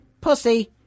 Pussy